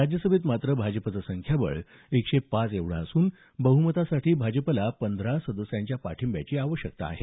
राज्यसभेत मात्र भाजपचं संख्याबळ एकशे पाच एवढं असून बहुमतासाठी भाजपला पंधरा सदस्यांच्या पाठिंब्याची आवश्यकता आहे